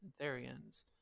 therians